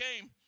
came